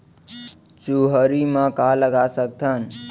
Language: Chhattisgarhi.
चुहरी म का लगा सकथन?